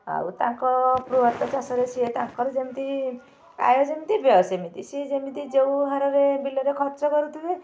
ଆଉ ତାଙ୍କ ବୃହତ ଚାଷରେ ସିଏ ତାଙ୍କର ଯେମିତି ଆୟ ଯେମିତି ବ୍ୟୟ ସେମିତି ସିଏ ଯେମିତି ଯେଉଁ ହାରରେ ବିଲରେ ଖର୍ଚ୍ଚ କରୁଥିବେ